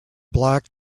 black